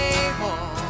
able